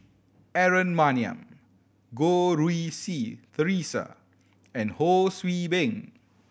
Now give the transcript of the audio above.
Aaron Maniam Goh Rui Si Theresa and Ho See Beng